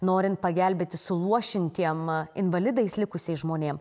norint pagelbėti suluošintiem invalidais likusiais žmonėm